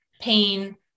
pain